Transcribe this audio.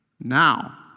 now